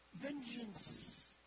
vengeance